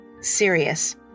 serious